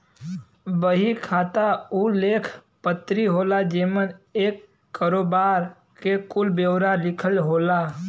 बही खाता उ लेख पत्री होला जेमन एक करोबार के कुल ब्योरा लिखल होला